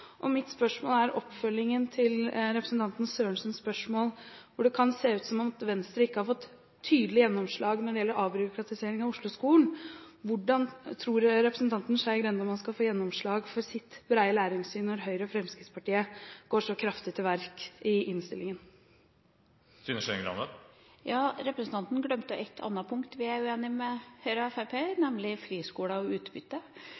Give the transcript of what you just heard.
kan se ut som om Venstre ikke har fått tydelig gjennomslag når det gjelder avbyråkratisering av Osloskolen. Hvordan tror representanten Skei Grande man skal få gjennomslag for sitt brede læringssyn når Høyre og Fremskrittspartiet går så kraftig til verks i innstillingen? Representanten glemte et annet punkt vi er uenig med Høyre og Fremskrittspartiet i, nemlig friskoler og utbytte